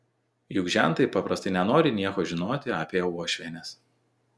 juk žentai paprastai nenori nieko žinoti apie uošvienes